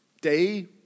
Day